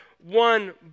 one